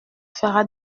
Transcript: fera